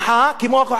אדוני היושב-ראש.